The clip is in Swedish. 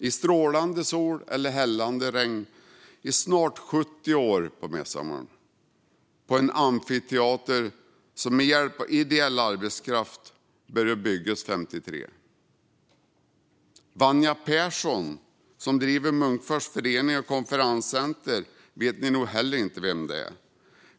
I strålande sol eller hällande regn har man i snart 70 år gjort detta vid midsommar på en amfiteater som med hjälp av ideell arbetskraft började byggas 1953. Ni vet nog heller inte vem Vanja Persson är. Hon driver Munkfors Förenings och Konferenscenter.